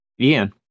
Ian